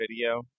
video